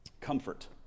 comfort